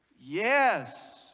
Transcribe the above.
yes